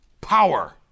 power